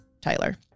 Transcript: Tyler